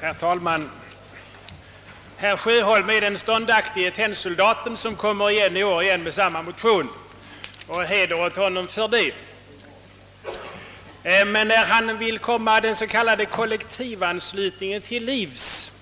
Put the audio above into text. Herr talman! Herr Sjöholm är den ståndaktige tennsoldaten och kommer igen i år med samma motion som han väckte vid förra årets riksdag. Och heder åt honom för det! När herr Sjöholm vill komma den s.k. kollektivanslutningen till livs